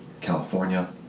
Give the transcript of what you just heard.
California